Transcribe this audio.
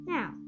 Now